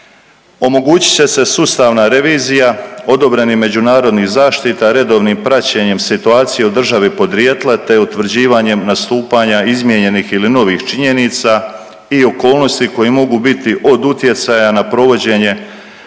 Omogućit će se sustavna revizija odobrenih međunarodnih zaštita redovnim praćenjem situacije u državi podrijetla te utvrđivanjem nastupanja izmijenjenih ili novih činjenica i okolnosti koje mogu biti od utjecaja na provođenje